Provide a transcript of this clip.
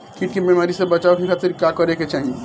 कीट के बीमारी से बचाव के खातिर का करे के चाही?